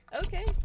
Okay